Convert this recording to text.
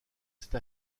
cette